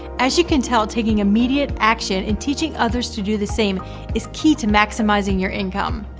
as you can tell taking immediate action and teaching others to do the same is key to maximizing your income.